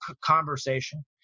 conversation –